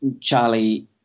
charlie